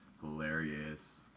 hilarious